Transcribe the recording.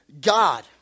God